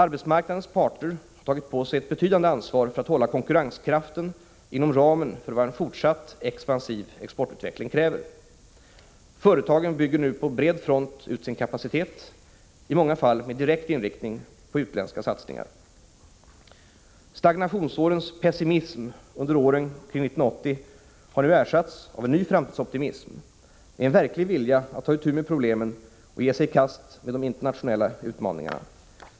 Arbets marknadens parter har tagit på sig ett betydande ansvar för att hålla konkurrenskraften inom ramen för vad en fortsatt expansiv exportutveckling kräver. Företagen bygger nu på bred front ut sin kapacitet — i många fall med direkt inriktning på utländska satsningar. Stagnationsårens pessimism under åren kring 1980 har nu ersatts av en ny framtidsoptimism, med en verklig vilja att ta itu med problemen och ge sig i kast med de internationella utmaningarna.